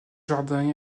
jardin